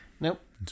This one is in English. Nope